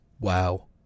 Wow